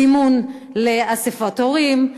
זימון לאספות הורים.